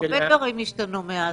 הרבה דברים השתנו מאז.